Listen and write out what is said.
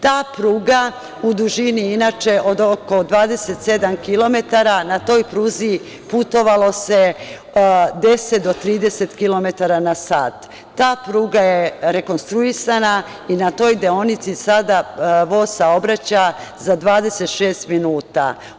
Ta pruga u dužini, inače, od oko 27km, na toj pruzi putovalo se 10 do 30km na sat, ta pruga je rekonstruisana i na toj deonici sada voz saobraća za 26 minuta.